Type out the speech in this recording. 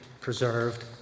preserved